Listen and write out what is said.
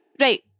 Right